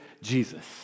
Jesus